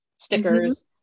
stickers